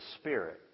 spirit